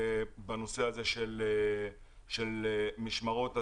בנושא משמרות הזה"ב.